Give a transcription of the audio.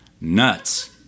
nuts